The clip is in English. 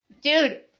Dude